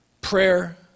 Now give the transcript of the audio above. prayer